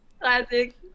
Classic